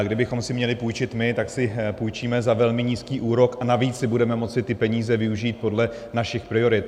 Kdybychom si měli půjčit my, tak si půjčíme za velmi nízký úrok, a navíc si budeme moci ty peníze využít podle našich priorit.